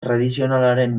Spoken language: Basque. tradizionalaren